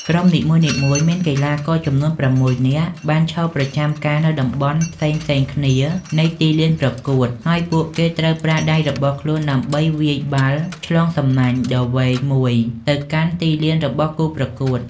ក្រុមនីមួយៗមានកីឡាករចំនួន៦នាក់ដែលបានឈរប្រចាំការនៅតាមតំបន់ផ្សេងៗគ្នានៃទីលានប្រកួត ហើយពួកគេត្រូវប្រើដៃរបស់ខ្លួនដើម្បីវាយបាល់ឆ្លងសំណាញ់ដ៏វែងមួយទៅកាន់ទីលានរបស់គូប្រកួត។